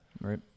Right